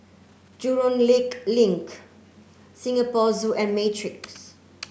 Jurong Lake Link Singapore Zoo and Matrix